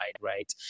right